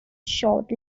short